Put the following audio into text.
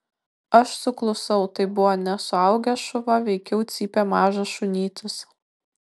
aš suklusau tai buvo ne suaugęs šuva veikiau cypė mažas šunytis